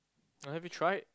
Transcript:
uh have you tried